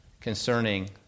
concerning